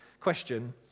question